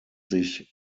sich